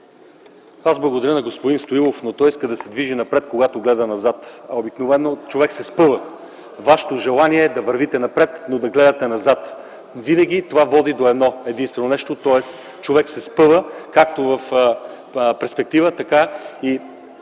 Аз благодаря на господин Стоилов, но той иска да се движи напред, когато гледа назад. Обикновено човек се спъва. Вашето желание е да вървите напред и да гледате назад. Винаги това води до едно единствено нещо, тоест човек се спъва както в перспектива …